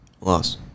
Loss